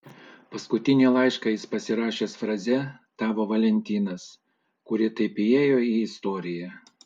paskutinį laišką jis pasirašęs fraze tavo valentinas kuri taip įėjo į istoriją